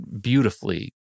beautifully